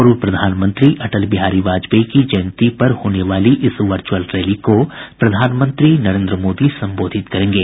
पूर्व प्रधानमंत्री अटल बिहारी वाजपेयी की जयंती के पर होने वाली इस वर्च्यअल रैली को प्रधानमंत्री नरेन्द्र मोदी संबोधित करेंगे